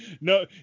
no